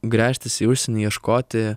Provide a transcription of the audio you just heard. gręžtis į užsienį ieškoti